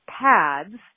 pads